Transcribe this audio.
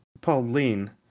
Pauline